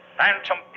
Phantom